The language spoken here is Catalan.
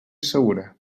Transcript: segura